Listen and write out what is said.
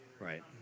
Right